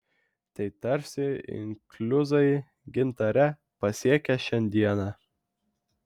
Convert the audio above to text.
tai tarsi inkliuzai gintare pasiekę šiandieną